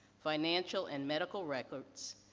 financial and medical records,